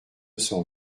cent